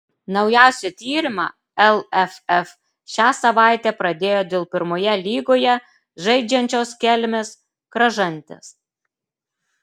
naujausią tyrimą lff šią savaitę pradėjo dėl pirmoje lygoje žaidžiančios kelmės kražantės